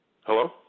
Hello